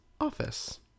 office